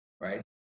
right